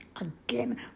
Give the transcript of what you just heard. again